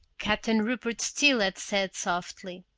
captain rupert steele had said softly.